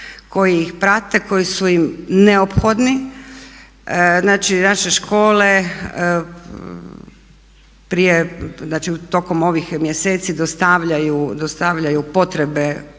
koji ih prate, koji su im neophodni. Znači naše škole prije, znači tokom ovih mjeseci dostavljaju potrebe